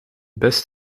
best